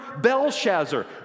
Belshazzar